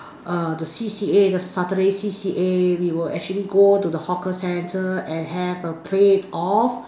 err the C_C_A the Saturday C_C_A we will actually go to the hawker centre and have a plate of